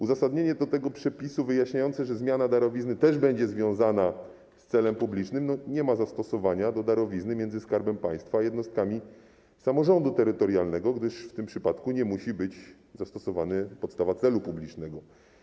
Uzasadnienie do tego przepisu wyjaśniające, że zmiana darowizny też będzie związana z celem publicznym, nie ma zastosowania do darowizny między Skarbem Państwa a jednostkami samorządu terytorialnego, gdyż w tym przypadku nie musi być zastosowana podstawa celu publicznego.